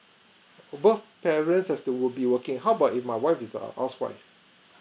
both parents have to would be working how about my wife is a housewife